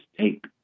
take